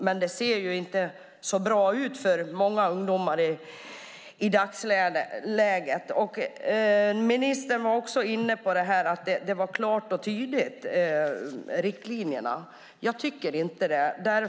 Men det ser inte så bra ut för många ungdomar i dagsläget. Ministern var också inne på att riktlinjerna var klara och tydliga. Jag tycker inte det.